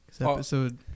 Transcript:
Episode